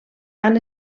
han